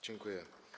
Dziękuję.